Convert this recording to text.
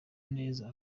neza